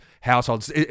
households